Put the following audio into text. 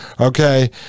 Okay